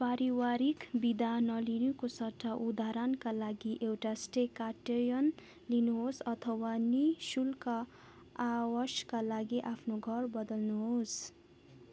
पारिवारिक बिदा नलिनुको सट्टा उदाहरणका लागि एक स्टेक्याटायन लिनुहोस् अथवा नि शुल्क आवासका लागि आफ्नो घर बदल्नुहोस्